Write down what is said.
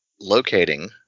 locating